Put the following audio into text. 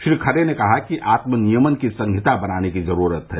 श्री खरे ने कहा कि आत्म नियमन की सहिता बनाने की जरूरत है